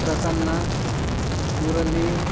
Prasanna Murali